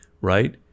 right